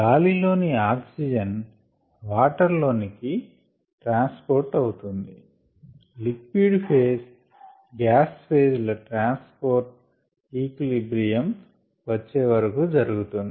గాలి లోని oxygen water లోనికి ట్రాన్స్పోర్ట్ అవుతుంది లిక్విడ్ ఫెజ్ గ్యాస్ ఫెజ్ ల ట్రాన్స్పోర్ట్ ఈక్విలిబ్రియం వచ్చేవరకు జరుగుతుంది